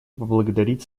поблагодарить